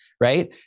right